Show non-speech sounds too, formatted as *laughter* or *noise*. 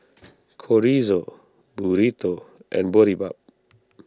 *noise* Chorizo Burrito and Boribap